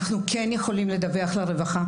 אנחנו כן יכולים לדווח לרווחה,